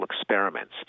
experiments